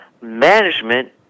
management